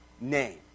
name